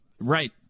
Right